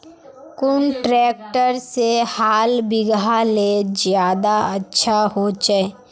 कुन ट्रैक्टर से हाल बिगहा ले ज्यादा अच्छा होचए?